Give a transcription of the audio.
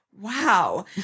Wow